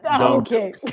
okay